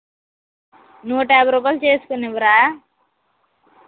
నూట యాభై రూపాయలు చేసుకొని ఇవ్వరా